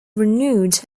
renewed